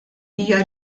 hija